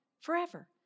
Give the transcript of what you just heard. forever